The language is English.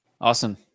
Awesome